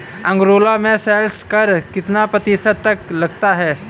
Angola में sales कर कितना प्रतिशत तक लगता है?